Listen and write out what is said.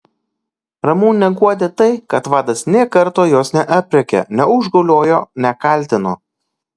ramunę guodė tai kad vadas nė karto jos neaprėkė neužgauliojo nekaltino